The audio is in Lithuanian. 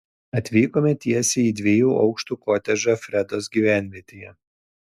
atvykome tiesiai į dviejų aukštų kotedžą fredos gyvenvietėje